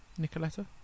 Nicoletta